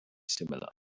similar